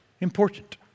important